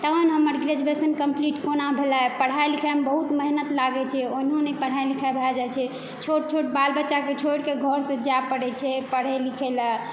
तहन हमर graduation complete कोना भेलै पढ़ाई लिखाईमे बहुत मेहनत लागै छै ओनहूँ नहि पढ़ाई लिखाई भय जाय छै छोट छोट बाल बच्चाक छोड़िक घरसँ जाय परय छै पढय लिखय लऽ